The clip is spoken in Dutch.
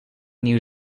nieuw